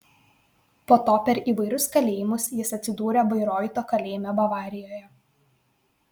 po to per įvairius kalėjimus jis atsidūrė bairoito kalėjime bavarijoje